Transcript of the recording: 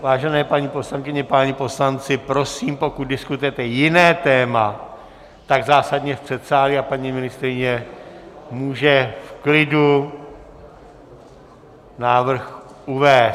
Vážené paní poslankyně, páni poslanci, prosím, pokud diskutujete jiné téma, tak zásadně v předsálí, ať paní ministryně může v klidu návrh uvést.